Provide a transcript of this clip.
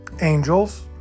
Angels